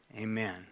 Amen